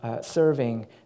serving